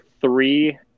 Three